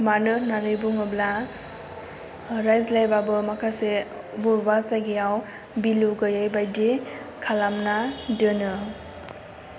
मानो होननानै बुङोब्ला रायज्लायबाबो माखासे बबेबा जायगायाव बेलु गोयै बायदि खालामना दोनो